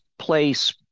place